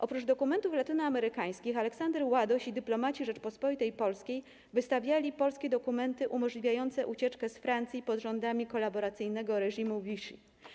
Oprócz dokumentów latynoamerykańskich Aleksander Ładoś i dyplomaci Rzeczypospolitej Polskiej wystawiali polskie dokumenty umożliwiające ucieczkę z Francji pod rządami kolaboracyjnego reżimu Vichy.